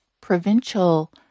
provincial